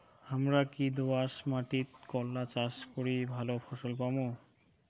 হামরা কি দোয়াস মাতিট করলা চাষ করি ভালো ফলন পামু?